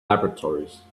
laboratories